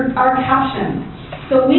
our captions